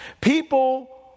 People